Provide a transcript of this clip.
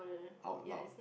out loud